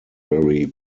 very